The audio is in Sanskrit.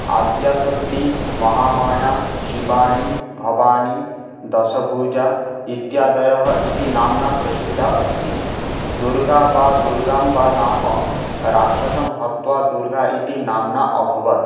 आद्या शक्तिः महामाया शिवानी भवानी दशभुजा इत्यादयः इति नाम्ना प्रसिद्धा अस्ति दुर्गा वा दुर्गाम्बा नाम राक्षसं हत्वा दुर्गा इति नाम्ना अभवत्